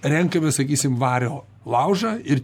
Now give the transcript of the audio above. renkame sakysim vario laužą ir